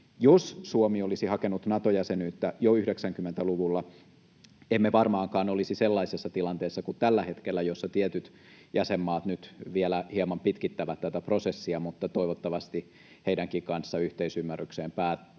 Jos Suomi olisi hakenut Nato-jäsenyyttä jo 90-luvulla, emme varmaankaan olisi sellaisessa tilanteessa kuin tällä hetkellä, jossa tietyt jäsenmaat nyt vielä hieman pitkittävät tätä prosessia, mutta toivottavasti heidänkin kanssaan yhteisymmärrykseen päästään